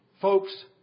Folks